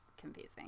confusing